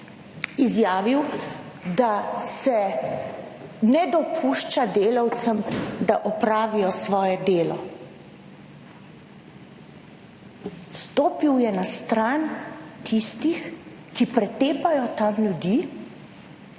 izjavil, da se ne dopušča delavcem, da opravijo svoje delo. Stopil je na stran tistih, ki pretepajo tam ljudi,